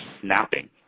snapping